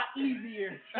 easier